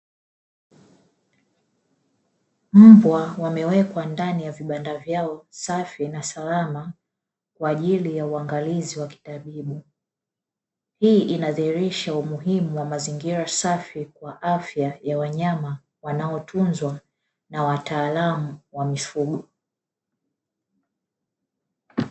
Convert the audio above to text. Mbwa wamewekwa ndani ya vibanda vyao safi na salama kwa ajili ya uangalizi wa kitabibu. Hii inadhihirisha umuhimu wa mazingira safi kwa afya ya wanyama wanaotunzwa na wataalamu wa mifugo.